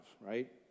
right